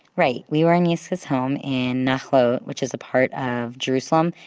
right, we were in yiscah's home in nachlaot, which is a part of jerusalem.